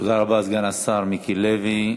תודה רבה, סגן השר מיקי לוי.